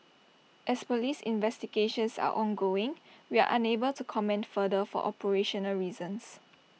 as Police investigations are ongoing we are unable to comment further for operational reasons